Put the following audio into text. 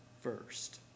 first